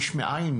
יש מאין,